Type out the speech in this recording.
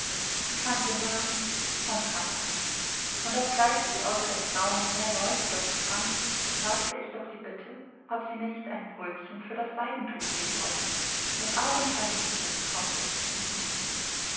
ich fand den laden und trat ein und obgleich sich außer der frau noch mehr leute dort befanden wagte ich doch die bitte ob sie mir nicht ein brötchen für das seidentuch geben wolle mit augenscheinlichem mißtrauen blickte sie mich an